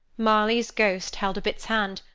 marley's ghost held up its hand,